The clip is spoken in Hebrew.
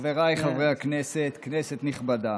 חבריי חברי הכנסת, כנסת נכבדה.